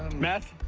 meth?